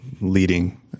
leading